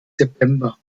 september